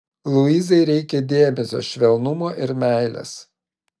luizai reikia dėmesio švelnumo ir meilės